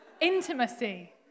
Intimacy